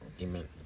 amen